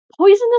Poisonous